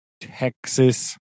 Texas